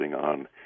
on